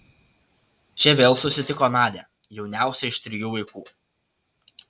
čia vėl susitiko nadią jauniausią iš trijų vaikų